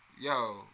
yo